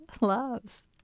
loves